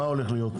מה הולך להיות?